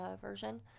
version